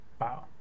wow